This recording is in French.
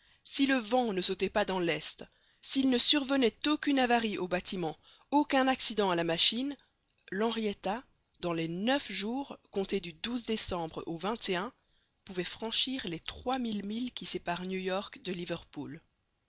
si le vent ne sautait pas dans l'est s'il ne survenait aucune avarie au bâtiment aucun accident à la machine l'henrietta dans les neuf jours comptés du décembre au pouvait franchir les trois mille milles qui séparent new york de liverpool